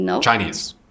Chinese